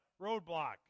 roadblock